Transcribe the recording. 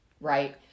Right